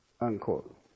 Unquote